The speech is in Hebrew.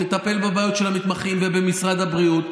תטפל בבעיות של המתמחים ובמשרד הבריאות,